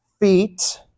feet